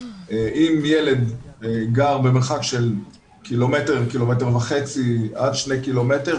אם ילד גר במרחק של קילומטר-קילומטר וחצי עד שני קילומטר,